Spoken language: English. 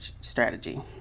strategy